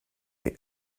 the